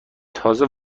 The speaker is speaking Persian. تازه